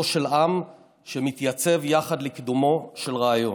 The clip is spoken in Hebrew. של עם שמתייצב יחד לקידומו של רעיון.